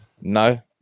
No